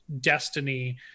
destiny